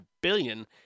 billion